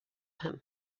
him